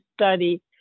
study